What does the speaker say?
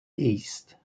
east